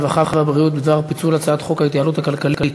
הרווחה והבריאות בדבר פיצול הצעת חוק ההתייעלות הכלכלית